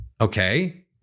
Okay